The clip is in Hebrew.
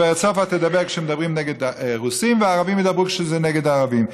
גב' סופה תדבר כשמדברים נגד רוסים והערבים ידברו כשזה נגד הערבים.